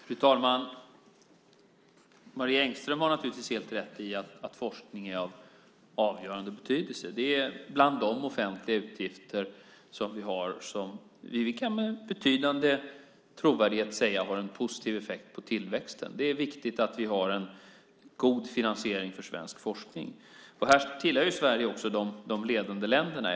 Fru talman! Marie Engström har naturligtvis helt rätt i att forskning är av avgörande betydelse. Det hör till de offentliga utgifter som vi med betydande trovärdighet kan säga har en positiv effekt på tillväxten. Det är viktigt att vi har en god finansiering för svensk forskning. Här tillhör Sverige de ledande länderna.